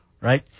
Right